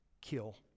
Kill